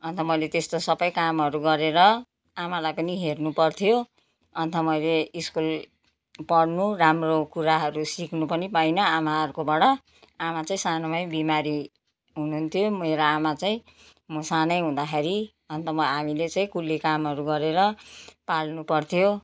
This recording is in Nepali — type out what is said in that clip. अन्त मैले त्यस्तो सबै कामहरू गरेर आमालाई पनि हेर्नुपर्थ्यो अन्त मैले स्कुल पढ्नु राम्रो कुराहरू सिक्नु पनि पाइनँ आमाहरूको बाट आमा चाहिँ सानोमै बिमारी हुनुहुन्थ्यो मेरो आमा चाहिँ म सानै हुँदाखेरि अन्त हामीले चाहिँ कुल्ली कामहरू गरेर पाल्नु पर्थ्यो